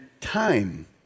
time